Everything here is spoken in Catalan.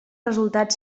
resultat